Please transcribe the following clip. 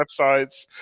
websites